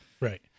Right